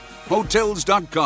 Hotels.com